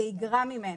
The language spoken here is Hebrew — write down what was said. זה יגרע ממנו,